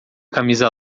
camisa